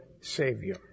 Savior